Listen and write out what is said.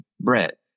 Brett